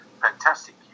fantastic